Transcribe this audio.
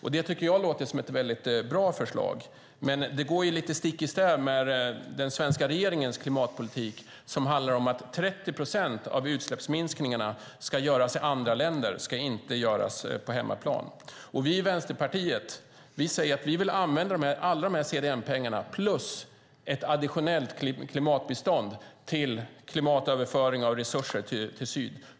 Detta tycker jag låter som ett väldigt bra förslag. Men det går stick i stäv med den svenska regeringens klimatpolitik, som handlar om att 30 procent av utsläppsminskningarna ska göras i andra länder och inte på hemmaplan. Vi i Vänsterpartiet vill använda alla dessa CDM-pengar plus ett additionellt klimatbistånd till klimatöverföring av resurser till syd.